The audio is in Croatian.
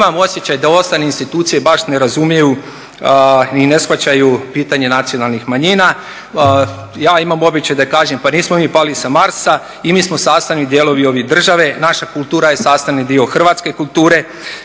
imam osjećaj da ostale institucije baš ne razumiju ni ne shvaćaju pitanje nacionalnih manjina. Ja imam običaj da kažem pa nismo mi pali sa Marsa i mi smo sastavni dijelovi ove države, naša kultura je sastavni dio hrvatske kulture,